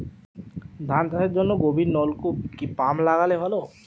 ধান চাষের জন্য গভিরনলকুপ কি পাম্প লাগালে ভালো?